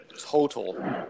total